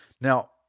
Now